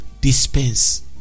Dispense